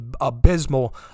abysmal